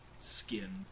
skin